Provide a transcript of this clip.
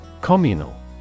Communal